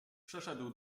przeszedł